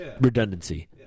redundancy